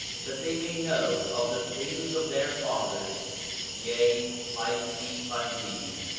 that they may know of the things of their fathers yea, i speak unto you,